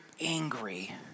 angry